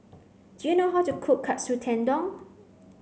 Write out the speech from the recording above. do you know how to cook Katsu Tendon